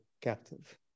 captive